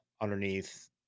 underneath